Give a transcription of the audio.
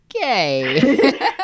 gay